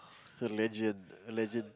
legend legend